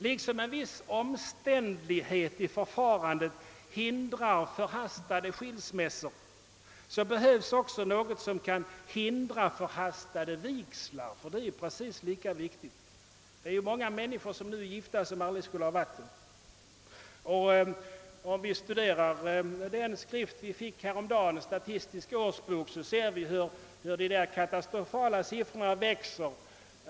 Liksom en viss omständlighet i förfarandet hindrar förhastade skilsmässor behövs också något som hindrar förhastade vigslar — det är precis lika viktigt. Många människor som nu är gifta borde aldrig ha varit det. I Statistisk årsbok, som vi fick häromdagen, kan vi se hur katastrofalt siffrorna växer.